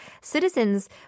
citizens